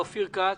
תודה, אופיר כץ,